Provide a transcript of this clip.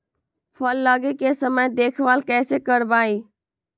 फल लगे के समय देखभाल कैसे करवाई?